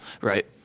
right